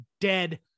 dead